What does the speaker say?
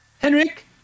Henrik